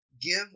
Give